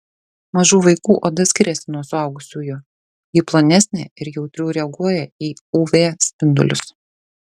mažų vaikų oda skiriasi nuo suaugusiųjų ji plonesnė ir jautriau reaguoja į uv spindulius